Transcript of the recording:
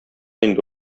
инде